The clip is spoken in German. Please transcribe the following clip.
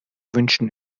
wünschen